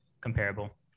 comparable